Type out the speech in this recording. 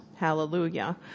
hallelujah